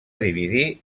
dividir